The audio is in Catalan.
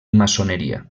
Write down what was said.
maçoneria